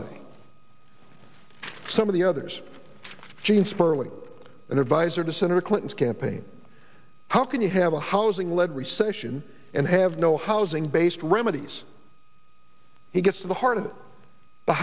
saying some of the others gene sperling an adviser to senator clinton's campaign how can you have a housing led recession and have no housing based remedies he gets to the heart of the